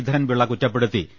ശ്രീധരൻപിള്ള കുറ്റപ്പെടുത്തി